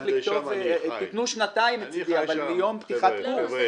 תנו שנתיים מצדי אבל מיום פתיחתו של הקורס.